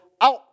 Out